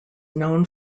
known